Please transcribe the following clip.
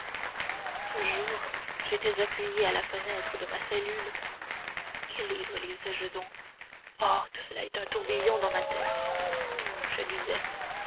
jour j'étais appuyé à la fenêtre de ma cellule quel livre lisais je donc oh tout cela est un tourbillon dans ma tête je lisais